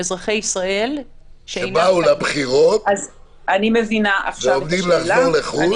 אזרחי ישראל --- שבאו לבחירות ועומדים לחזור לחו"ל.